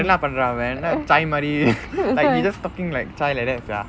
என்ன பன்றான் அவன் என்ன:enna pandraan avan enna chaai மாதிரி:maathiri like he just talking like chaai like that sia